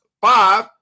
five